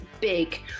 big